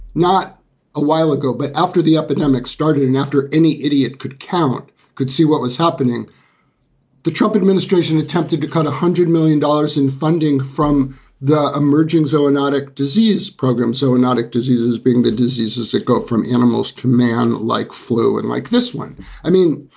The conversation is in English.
not a while ago. but after the epidemic started and after any idiot could count, could see what was happening the trump administration attempted to cut one hundred million dollars in funding from the emerging zoonotic disease program. zoonotic diseases being the diseases that go from animals to man, like flu and like this one i mean,